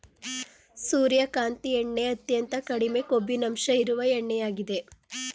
ಸೂರ್ಯಕಾಂತಿ ಎಣ್ಣೆ ಅತ್ಯಂತ ಕಡಿಮೆ ಕೊಬ್ಬಿನಂಶ ಇರುವ ಎಣ್ಣೆಯಾಗಿದೆ